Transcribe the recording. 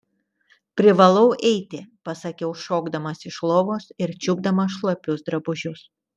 privalau eiti pasakiau šokdamas iš lovos ir čiupdamas šlapius drabužius